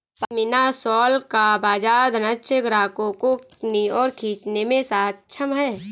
pashmina shawl का बाजार धनाढ्य ग्राहकों को अपनी ओर खींचने में सक्षम है